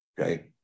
Okay